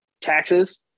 taxes